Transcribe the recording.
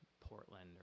Portland